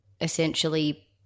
essentially